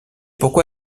pourquoi